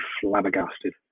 flabbergasted